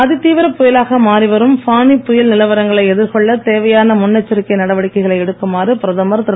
அதிதீவிரப் புயலாக மாறி வரும் ஃபானி புயல் நிலவரங்களை எதிர்கொள்ள தேவையான முன்னெச்சரிக்கை நடவடிக்கைகளை எடுக்குமாறு பிரதமர் திரு